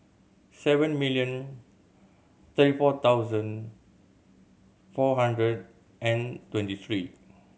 seven million thirty four thousand four hundred and twenty three